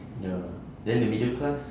ya then the middle class